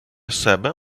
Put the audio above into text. себе